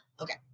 okay